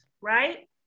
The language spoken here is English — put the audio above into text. right